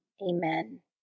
Amen